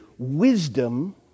Wisdom